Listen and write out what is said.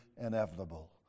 inevitable